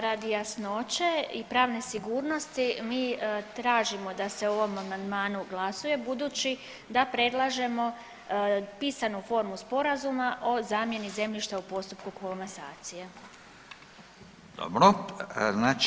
Radi jasnoće i pravne sigurnosti mi tražimo da se o ovom amandmanu glasuje budući da predlažemo pisanu formu sporazuma o zamjeni zemljišta u postupku komasacije.